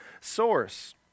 source